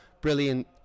brilliant